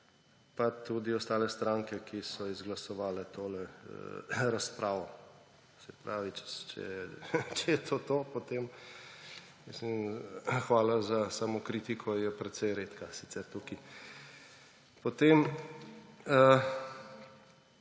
pa tudi ostale stranke, ki so izglasovale tole razpravo. Se pravi, če je to to, potem hvala za samokritiko, je precej redka sicer tukaj. Nekdo